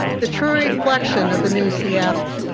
the true reflection of the new seattle.